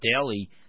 Daily